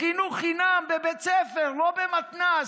בחינוך חינם בבית ספר, לא במתנ"ס,